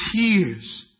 tears